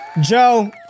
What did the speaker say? Joe